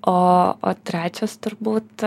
o o trečias turbūt